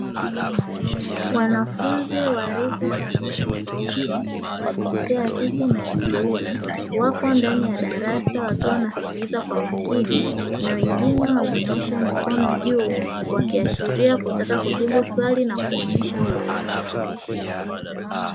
Wanafunzi wa rika tofautitofauti wa jinsia ya kiume na ya kike wapo ndani ya darasa, wakiwa wanasikiliza kwa makini, na wengine wamenyoosha mikono juu wakiashiria kutaka kujibu swali na kuonyesha uelewa.